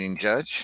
Judge